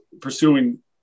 pursuing